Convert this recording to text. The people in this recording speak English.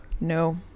No